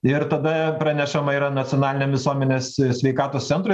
ir tada pranešama yra nacionaliniam visuomenės sveikatos centrui